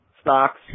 stocks